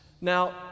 Now